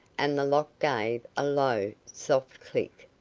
and the lock gave a low, soft click.